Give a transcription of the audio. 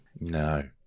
No